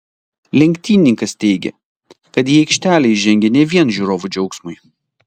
lenktynininkas teigė kad į aikštelę jis žengia ne vien žiūrovų džiaugsmui